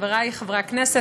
חברי חברי הכנסת,